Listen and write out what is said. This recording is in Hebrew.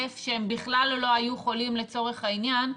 שהם בכלל לא היו חולים לצורך העניין,